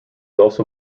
also